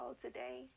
today